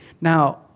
Now